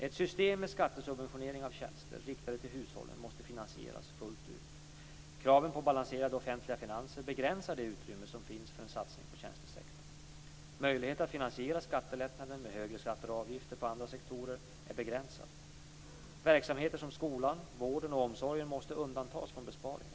Ett system med skattesubventionering av tjänster riktade till hushållen måste finansieras fullt ut. Kraven på balanserade offentliga finanser begränsar det utrymme som finns för en satsning på tjänstesektorn. Möjligheten att finansiera skattelättnaden med högre skatter och avgifter på andra sektorer är begränsad. Verksamheter som skolan, vården och omsorgen måste undantas från besparingar.